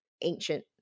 ancient